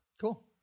Cool